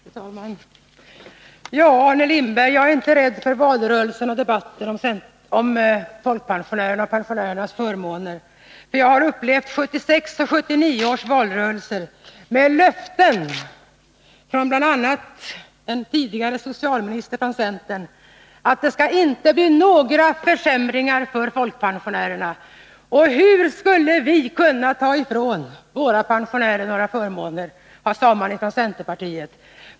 Fru talman! Jag är, Arne Lindberg, inte rädd för valrörelsen och debatten om folkpensionärernas och andra pensionärers förmåner. Jag har upplevt 1976 och 1979 års valrörelser med löften från bl.a. en tidigare socialminister från centern att det inte skulle bli några försämringar för folkpensionärerna. Hur skulle vi kunna ta ifrån våra pensionärer några förmåner, sade man från centerpartiet.